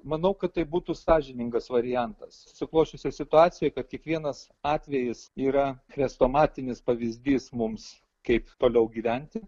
manau kad tai būtų sąžiningas variantas susiklosčiusioj situacijoj kad kiekvienas atvejis yra chrestomatinis pavyzdys mums kaip toliau gyventi